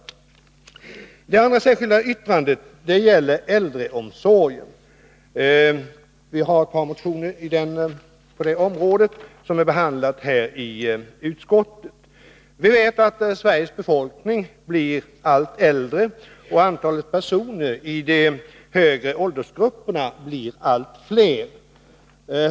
Vårt andra särskilda yttrande gäller äldreomsorgen — vi har på det området också väckt ett par motioner, som har behandlats av utskottet. Vi vet att Sveriges befolkning blir allt äldre och att antalet personer i de högre åldersgrupperna blir allt större.